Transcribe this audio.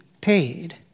paid